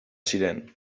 ziren